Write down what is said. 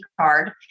card